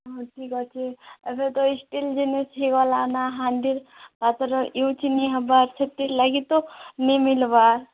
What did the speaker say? ହଉ ଠିକ୍ ଅଛି ଏବେ ତ ଷ୍ଟିଲ୍ ଜିନିଷ ହେଇଗଲାନା ହାଣ୍ଡି ପାତ୍ର ୟୁଜ୍ ନେଇ ହବା ସେଥି ଲାଗି ତ ନେଇ ମିଲ୍ବା